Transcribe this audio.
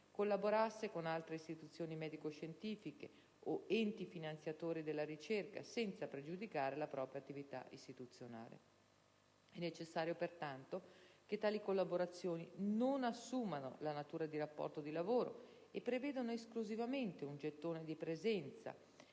collaborasse con altre istituzioni medico-scientifiche o enti finanziatori della ricerca, senza pregiudicare la propria attività istituzionale. È necessario, pertanto, che tali collaborazioni non assumano la natura di rapporto di lavoro e prevedano esclusivamente un gettone di presenza